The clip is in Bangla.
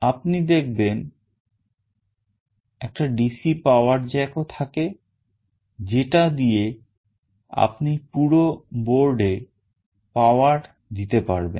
আপনি দেখবেন একটা DC power jackও থাকে যেটা দিয়ে আপনি পুরো board এ power দিতে পারবেন